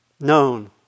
known